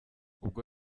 ubwo